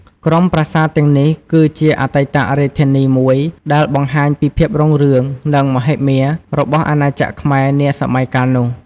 ក្រុមប្រាសាទទាំងនេះគឺជា អតីតរាជធានី មួយដែលបង្ហាញពីភាពរុងរឿង និងមហិមារបស់អាណាចក្រខ្មែរនាសម័យកាលនោះ។